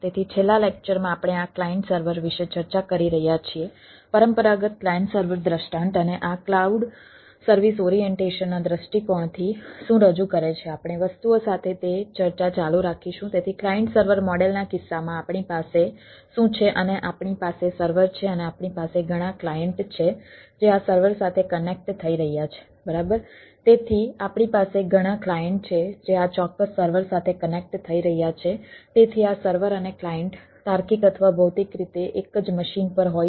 તેથી દરેક સર્વર વસ્તુઓ માટે આપણી પાસે શું છે આપણી પાસે ક્લાયન્ટ છે જેમ કે જો મારી પાસે ftp ક્લાયન્ટ સર્વર હોય